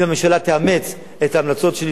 אם הממשלה תאמץ את ההמלצות שלי,